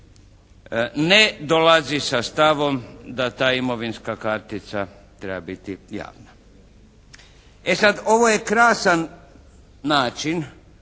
Ne dolazi sa stavom da ta imovinska kartica treba biti javna. E sad, ovo je krasan način